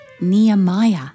Nehemiah